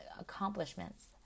accomplishments